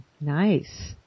Nice